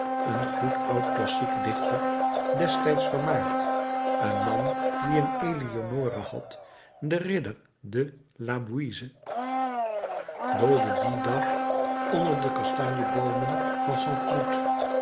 een goed oud klassiek dichter destijds vermaard een man die een eleonore had de ridder de labouisse doolde dien dag onder de kastanjeboomen van st cloud